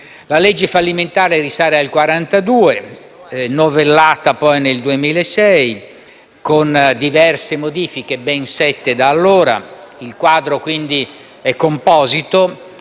La legge fallimentare risale al 1942, novellata poi nel 2006 e modificata diverse volte, ben sette da allora. Il quadro, quindi, è composito.